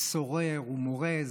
סורר ומורה,